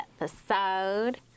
episode